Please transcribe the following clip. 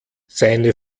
seine